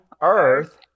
earth